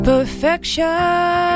Perfection